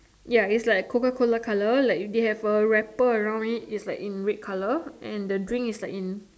ya is like Coca Cola colour like they have a wrapper around it is like in red colour and the drink is like in